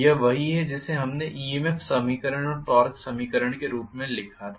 यह वही है जिसे हमने EMFसमीकरण और टॉर्क समीकरण के रूप में लिखा था